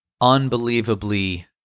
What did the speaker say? unbelievably